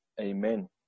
Amen